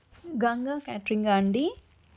గంగా క్యాటరింగా అండి